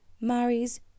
marries